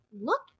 look